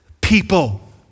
people